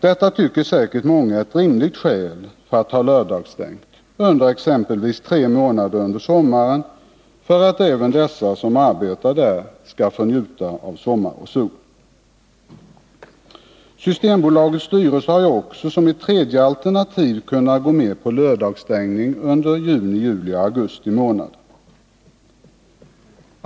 Många tycker att detta är ett rimligt skäl för att ha lördagsstängt under exempelvis tre månader under sommaren, för att även de som arbetar i systembutik skall få njuta av sommar och sol. Systembolagets styrelse har också som ett tredje alternativ kunnat gå med på lördagsstängning under juni, juli och augusti månader.